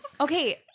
Okay